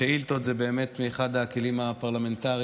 השאילתות הן באמת אחד הכלים הפרלמנטריים